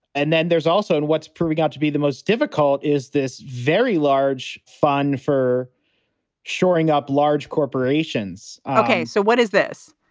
and then there's also in what's we got to be the most difficult is this very large fund for shoring up large corporations. ok. so what is this?